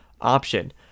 option